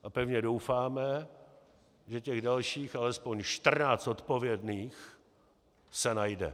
A pevně doufáme, že těch dalších alespoň 14 odpovědných se najde.